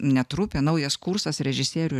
ne trupė naujas kursas režisierių